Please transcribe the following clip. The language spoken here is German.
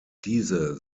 diese